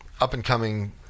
up-and-coming